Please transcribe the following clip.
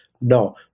No